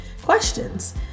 questions